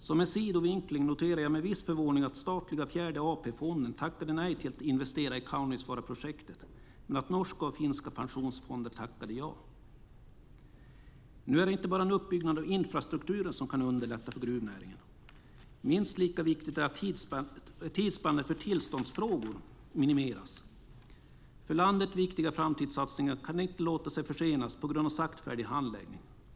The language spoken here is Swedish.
Som en sidovinkling noterar jag med viss förvåning att statliga Fjärde AP-fonden tackade nej till att investera i Kaunisvaaraprojektet men att norska och finska pensionsfonder tackade ja. Nu är det inte bara en uppbyggnad av infrastrukturen som kan underlätta för gruvnäringen. Minst lika viktigt är att tidsspannet för tillståndsfrågor minimeras. Vi kan inte låta för landet viktiga framtidssatsningar försenas på grund av saktfärdig handläggning.